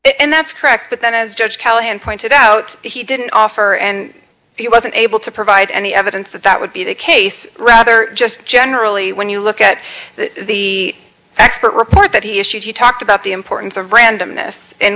g and that's correct but then as judge callahan pointed out he didn't offer and he wasn't able to provide any evidence that that would be the case rather just generally when you look at the expert report that he issued you talked about the importance of randomness in